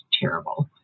terrible